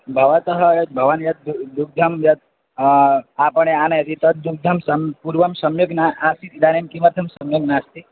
भवतः यद् भवान् यद् दुग्धं यत् आपणे आनयति तद् दुग्धं पूर्वं सम्यक् न आसीत् इदानीं किमर्थं सम्यक् नास्ति